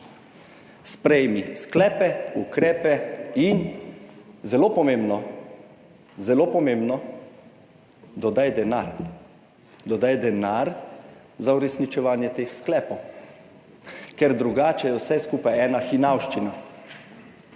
Sprejmi sklepe, ukrepe in, zelo pomembno, dodaj denar za uresničevanje teh sklepov, ker drugače je vse skupaj ena hinavščina.